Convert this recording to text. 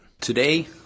Today